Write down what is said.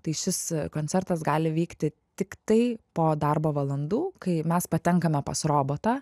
tai šis koncertas gali vykti tiktai po darbo valandų kai mes patenkame pas robotą